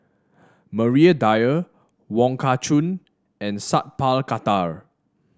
Maria Dyer Wong Kah Chun and Sat Pal Khattar